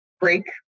break